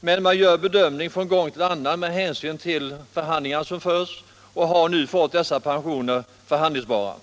En bedömning görs från gång till gång med hänsyn till de förhandlingar som förs, och pensionerna har nu blivit förhandlingsbara.